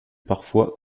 parfois